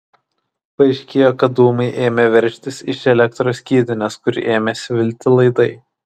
paaiškėjo kad dūmai ėmė veržtis iš elektros skydinės kur ėmė svilti laidai